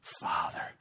Father